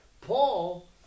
Paul